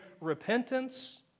repentance